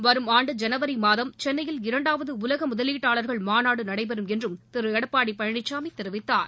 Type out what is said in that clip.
வரும் ஆண்டு ஜனவரி மாதம் சென்னையில் இரண்டாவது உலக முதலீட்டாளர்கள் மாநாடு நடைபெறும் என்றும் திரு எடப்பாடி பழனிசாமி தெரிவித்தார்